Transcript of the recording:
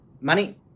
money